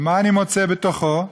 ומה אני מוצא בתוכו?